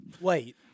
Wait